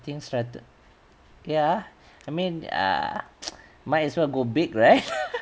think strate~ ya I mean ah might as well go big right